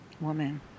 woman